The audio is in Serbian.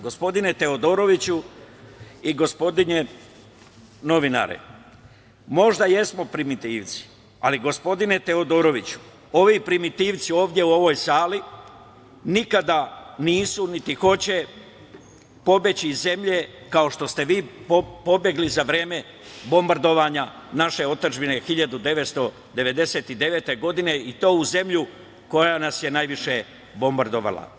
Gospodine Teodoroviću i gospodine novinare, možda jesmo primitivci, ali gospodine Teodoroviću, ovi primitivci ovde u ovoj sali nikada nisu niti hoće pobeći iz zemlje kao što ste vi pobegli za vreme bombardovanja naše otadžbine 1999. godine i to u zemlju koja nas je najviše bombardovala.